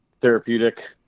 therapeutic